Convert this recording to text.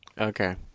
okay